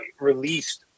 released